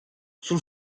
sul